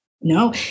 No